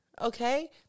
okay